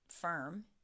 firm